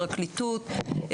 פרקליטות.